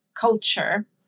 culture